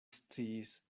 sciis